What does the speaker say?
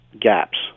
gaps